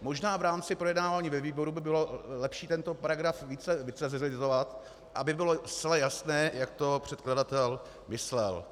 Možná v rámci projednávání ve výboru by bylo lepší tento paragraf více vycizelovat, aby bylo zcela jasné, jak to předkladatel myslel.